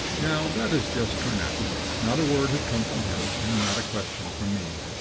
now, that is just carnacki. not a word had come from him and not a question from me.